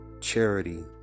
charity